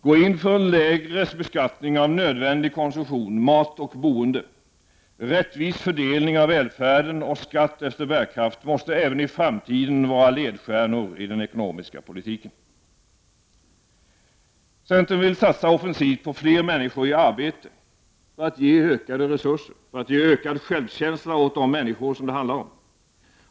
Gå in för en lägre beskattning av nödvändig konsumtion, mat och boende! Rättvis fördelning av välfärd och skatt efter bärkraft måste även i framtiden vara ledstjärnor i den ekonomiska politiken! Centern vill satsa offensivt på fler människor i arbete, för att ge ökade resurser, för att ge ökad självkänsla åt de människor som det handlar om.